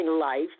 life